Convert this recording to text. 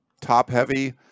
top-heavy